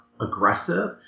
aggressive